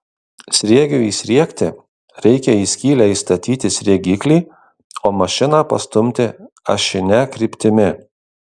sriegiui įsriegti reikia į skylę įstatyti sriegiklį o mašiną pastumti ašine kryptimi